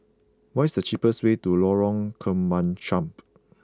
what is the cheapest way to Lorong Kemunchup